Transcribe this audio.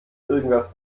irgendetwas